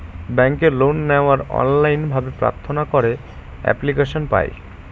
ব্যাঙ্কে লোন নেওয়ার অনলাইন ভাবে প্রার্থনা করে এপ্লিকেশন পায়